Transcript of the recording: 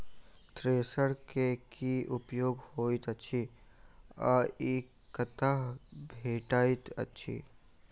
Thresher केँ की उपयोग होइत अछि आ ई कतह भेटइत अछि?